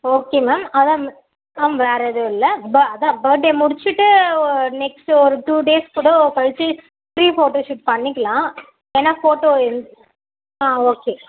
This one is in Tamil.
ஓகே மேம் ஆனால் மேம் வேறு எதுவும் இல்லை ப அதான் பர்த்டே முடிச்சிவிட்டு ஓ நெக்ஸ்ட்டு ஒரு டூ டேஸ் கூட கழிச்சு ப்ரீ ஃபோட்டோஷூட் பண்ணிக்கலாம் ஏன்னா ஃபோட்டோ ஆ ஓகே